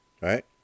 Right